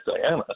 Diana